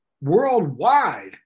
worldwide